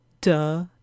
Duh